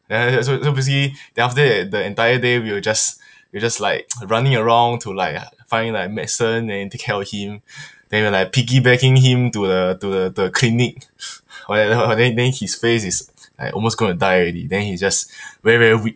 then so so so basically then after that the entire day we were just we were just like running around to like find like medicine then take care of him then we were like piggybacking him to the to the the clinic then then his face is like almost gonna die already then he just very very weak